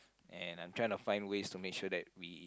and I'm trying to find ways to make sure that we